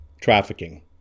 trafficking